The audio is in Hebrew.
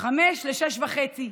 17:00 18:30,